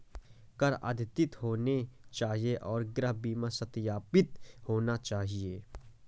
कर अद्यतित होने चाहिए और गृह बीमा सत्यापित होना चाहिए